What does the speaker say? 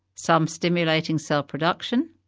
some stimulating cell production,